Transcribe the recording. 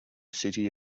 city